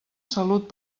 salut